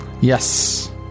Yes